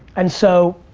and so,